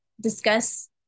discuss